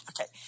Okay